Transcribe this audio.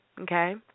Okay